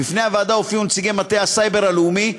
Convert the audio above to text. בפני הוועדה הופיעו נציגי מטה הסייבר הלאומי,